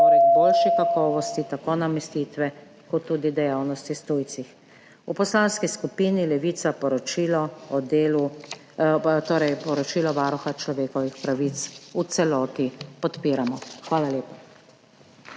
boljši kakovosti tako namestitve kot tudi dejavnosti s tujci. V Poslanski skupini Levica poročilo Varuha človekovih pravic v celoti podpiramo. Hvala lepa.